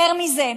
יותר מזה,